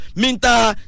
minta